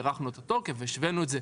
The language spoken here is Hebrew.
הארכנו את התוקף והשווינו את זה,